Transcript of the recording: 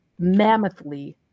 mammothly